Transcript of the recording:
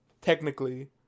technically